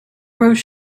rose